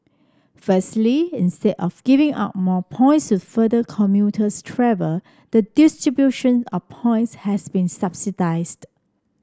firstly instead of giving out more points the further commuters travel the distribution of points has been standardised